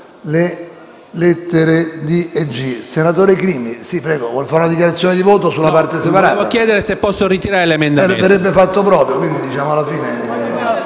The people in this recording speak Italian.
Grazie,